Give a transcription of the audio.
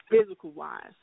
physical-wise